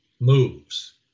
moves